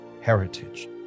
heritage